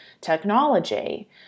technology